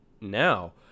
now